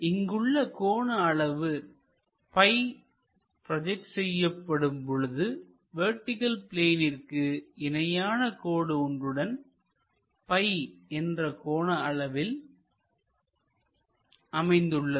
இங்குள்ள கோண அளவு ப்பி ப்ரோஜெக்ட் செய்யப்படும் பொழுதும் வெர்டிகள் பிளேனிற்கு இணையான கோடு ஒன்றுடன் ப்பி என்ற கோண அளவில் அமைந்துள்ளது